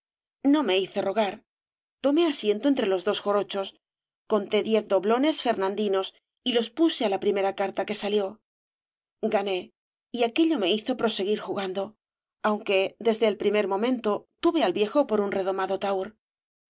no me hice rogar tomé asiento entre los dos jarochos conté diez doblones fernandinos y los puse á la primera carta que salió gané y aquello me hizo proseguir jugando aunque desde el primer momento tuve al viejo por un redomado tahúr